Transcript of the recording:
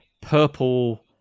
purple